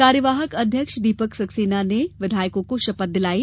कार्यवाहक अध्यक्ष दीपक सक्सेना ने विधायकों को शपथ दिलायी